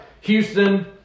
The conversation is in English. Houston